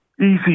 easy